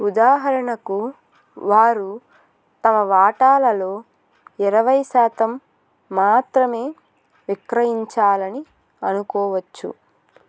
ఉదాహరణకు వారు తమ వాటాలలో ఇరవై శాతం మాత్రమే విక్రయించాలని అనుకోవచ్చు